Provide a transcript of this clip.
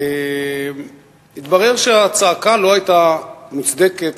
מתברר שהצעקה לא היתה מוצדקת,